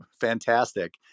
fantastic